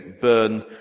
burn